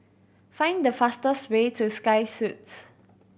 find the fastest way to Sky Suites